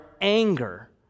anger